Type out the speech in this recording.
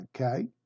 Okay